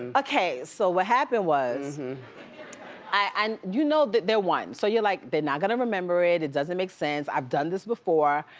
okay, so what happened was, and and you know that they're one, so you're like, they're not gonna remember it. it doesn't make sense. i've done this before,